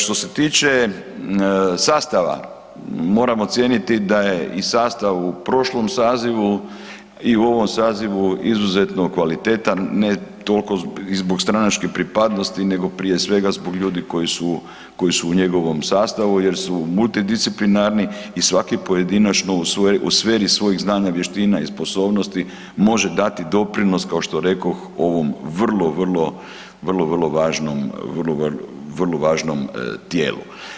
Što se tiče sastava, moram ocijeniti da je i sastav u prošlom sazivu i u ovom sazivu izuzetno kvalitetan, ne toliko i zbog stranačke pripadnosti nego prije svega zbog ljudi koji su u njegovom sastavu jer su multidisciplinarni i svaki pojedinačno u sferi svojih znanja, vještina i sposobnosti može dati doprinos kao što rekoh ovom vrlo, vrlo, vrlo važnom tijelu.